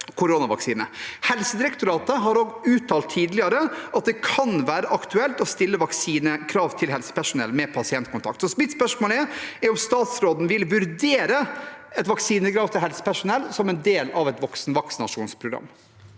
Helsedirektoratet har tidligere uttalt at det kan være aktuelt å stille vaksinekrav til helsepersonell med pasientkontakt. Mitt spørsmål er om statsråden vil vurdere et vaksinekrav til helsepersonell som en del av et voksenvaksinasjonsprogram.